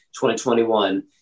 2021